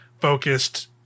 focused